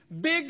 Big